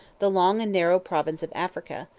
the long and narrow province of africa,